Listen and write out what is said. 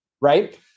right